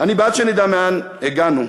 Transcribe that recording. אני בעד שנדע מאין הגענו,